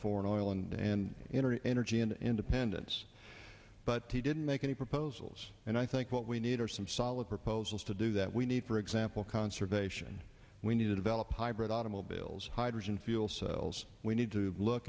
foreign oil and into energy and independence but he didn't make any proposals and i think what we need are some solid proposals to do that we need for example conservation we need to develop hybrid automobiles hydrogen fuel cells we need to look